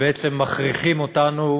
ומכריחים אותנו